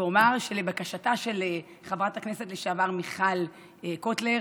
ואומר שלבקשתה של חברת הכנסת לשעבר מיכל קוטלר,